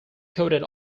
coated